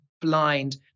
blind